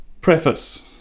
preface